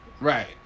right